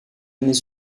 années